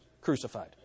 crucified